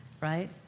Right